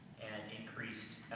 and increased,